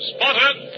Spotted